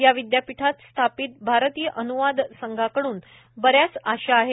या विद्यापीठात स्थापित भारतीय अन्वाद संघाकडून बऱ्याच आशा आहेत